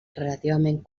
relativament